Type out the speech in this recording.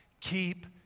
keep